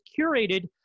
curated